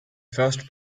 first